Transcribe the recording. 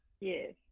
Yes